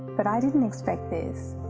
but i didn't expect this.